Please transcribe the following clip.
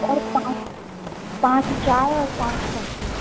और पाँच पाँच चाय और पाँच कॉफ़ी